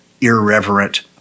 irreverent